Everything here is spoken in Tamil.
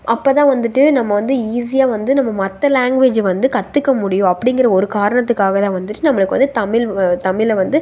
அப்போ தான் வந்துட்டு நம்ம வந்து ஈஸியாக வந்து நம்ம மற்ற லேங்வேஜை வந்து கற்றுக்க முடியும் அப்படிங்கிற ஒரு காரணத்துக்காக தான் வந்துட்டு நம்மளுக்கு வந்து தமிழ் வ தமிழை வந்து